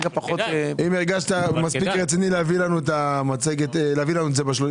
אם הרגשת מספיק רציני להביא לנו את זה שלושה